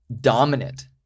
dominant